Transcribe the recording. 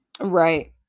Right